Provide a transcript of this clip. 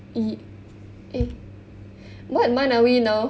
e~ eh what month are we now